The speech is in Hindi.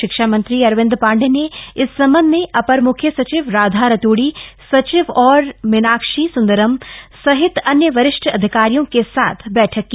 शिक्षा मंत्री अरविंद पाण्डेय ने इस सम्बंध में अपर मूख्य सचिव राधा रत्ड़ी सचिव आर मीनाक्षी सुन्दरम सहित अन्य वरिष्ठ अधिकारियों के साथ बठक की